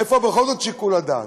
איפה בכל זאת שיקול הדעת?